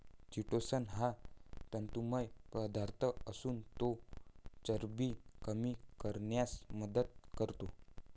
chitosan हा तंतुमय पदार्थ असून तो चरबी कमी करण्यास मदत करतो